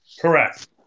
Correct